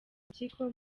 impyiko